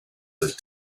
that